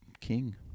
king